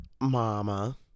Mama